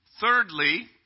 Thirdly